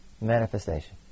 manifestation